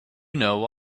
know